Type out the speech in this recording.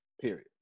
Period